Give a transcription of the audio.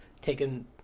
taken